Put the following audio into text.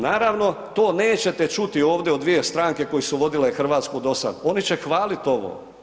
Naravno, to nećete čuti ovdje od dvije stranke koje su vodile Hrvatsku do sada, oni će hvaliti ovo.